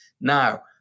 Now